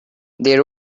they